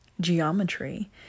Geometry